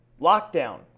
lockdown